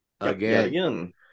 again